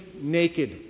naked